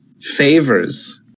Favors